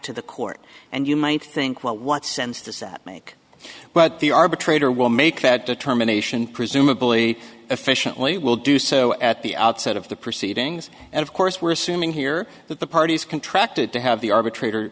to the court and you might think well what sense does that make but the arbitrator will make that determination presumably efficiently will do so at the outset of the proceedings and of course we're assuming here that the parties contract it to have the arbitrator